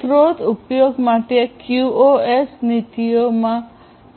સ્રોત ઉપયોગ માટે ક્યુઓએસ નીતિઓમાં